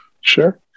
Sure